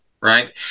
right